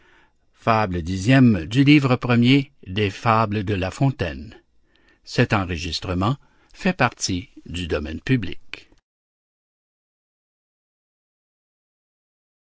recueil des fables de la fontaine